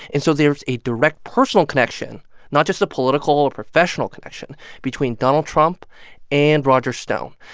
and so there's a direct personal connection not just a political or professional connection between donald trump and roger stone.